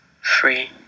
free